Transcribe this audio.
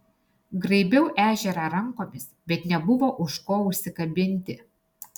graibiau ežerą rankomis bet nebuvo už ko užsikabinti